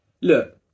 Look